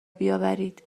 بیاورید